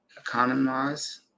economize